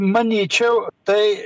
manyčiau tai